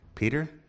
Peter